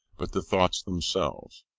but the thoughts themselves.